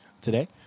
today